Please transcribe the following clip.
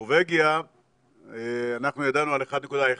בנורבגיה אנחנו ידענו על 1.1,